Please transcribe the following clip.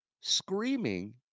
screaming